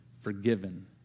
forgiven